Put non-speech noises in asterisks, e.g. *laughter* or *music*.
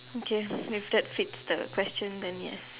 okay *breath* if that fixed the question then ya